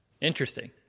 Interesting